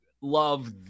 love